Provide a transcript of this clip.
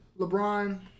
LeBron